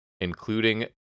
including